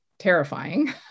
terrifying